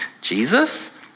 Jesus